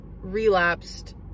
relapsed